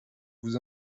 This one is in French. vous